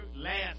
last